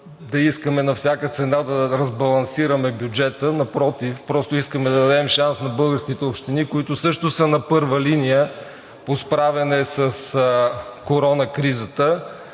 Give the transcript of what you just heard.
да искаме на всяка цена да разбалансираме бюджета. Напротив, просто искаме да дадем шанс на българските общини, които също са на първа линия по справяне с корона кризата,